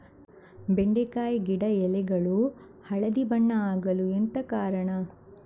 ಬೆಂಡೆಕಾಯಿ ಗಿಡ ಎಲೆಗಳು ಹಳದಿ ಬಣ್ಣದ ಆಗಲು ಎಂತ ಕಾರಣ?